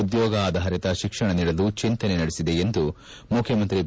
ಉದ್ಮೋಗ ಆಧಾರಿತ ಶಿಕ್ಷಣ ನೀಡಲು ಚಂತನೆ ನಡೆಸಿದೆ ಎಂದು ಮುಖ್ಯಮಂತ್ರಿ ಬಿ